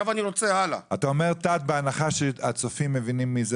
אתה אומר "אתת" בהנחה שהצופים מבינים מי זה,